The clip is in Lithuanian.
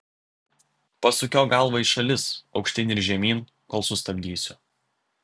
pasukiok galvą į šalis aukštyn ir žemyn kol sustabdysiu